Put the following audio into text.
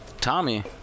Tommy